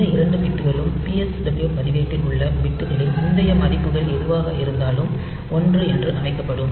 இந்த இரண்டு பிட்களும் PSW பதிவேட்டில் உள்ள பிட்களின் முந்தைய மதிப்புகள் எதுவாக இருந்தாலும் ஒன்று என்று அமைக்கப்படும்